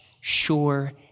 sure